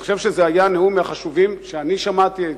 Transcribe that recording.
אני חושב שזה היה נאום מהחשובים שאני שמעתי.